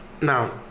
Now